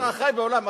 אתה חי בעולם אחר.